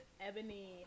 Ebony